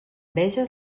veges